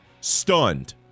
stunned